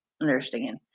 understand